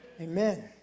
Amen